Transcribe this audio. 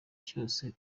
cyose